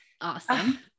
Awesome